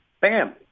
Bam